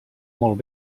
molt